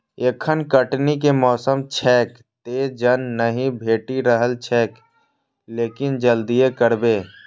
एखन कटनी के मौसम छैक, तें जन नहि भेटि रहल छैक, लेकिन जल्दिए करबै